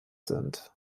sind